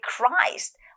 Christ